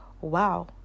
wow